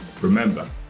Remember